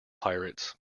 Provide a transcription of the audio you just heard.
pirates